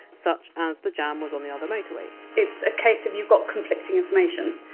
such as the jam was on the other motorway. it's a case of you've got conflicting information,